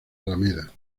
alameda